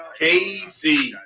KC